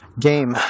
game